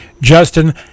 Justin